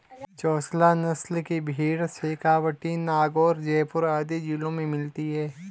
चोकला नस्ल की भेंड़ शेखावटी, नागैर, जयपुर आदि जिलों में मिलती हैं